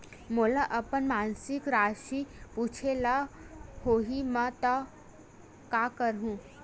मोला अपन मासिक राशि पूछे ल होही त मैं का करहु?